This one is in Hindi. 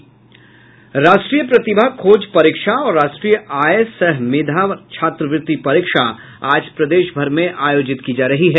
राष्ट्रीय प्रतिभा खोज परीक्षा और राष्ट्रीय आय सह मेधा छात्रवृति परीक्षा आज प्रदेशभर में आयोजित की जा रही है